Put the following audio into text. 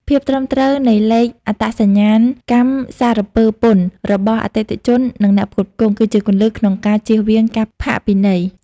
ភាពត្រឹមត្រូវនៃលេខអត្តសញ្ញាណកម្មសារពើពន្ធរបស់អតិថិជន និងអ្នកផ្គត់ផ្គង់ គឺជាគន្លឹះក្នុងការជៀសវាងការផាកពិន័យ។